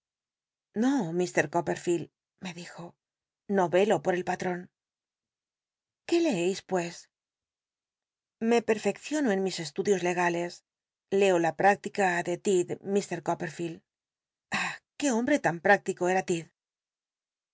no mr copp l'field nrc dijo no velo por el patron qué leeis pues fe perfecciono en mis esludios legales leo la práctica de tidd ir copperfield ah qué hombre tan pr